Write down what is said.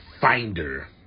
finder